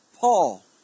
Paul